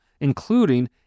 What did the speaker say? including